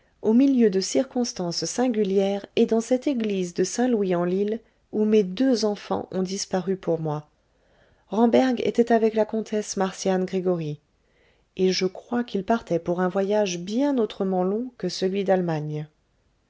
au milieu de circonstances singulières et dans cette église de saint louis en lile où mes deux enfants ont disparu pour moi ramberg était avec la comtesse marcian gregoryi et je crois qu'il partait pour un voyage bien autrement long que celui d'allemagne